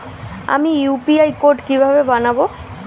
আমি UPI code কিভাবে বানাব?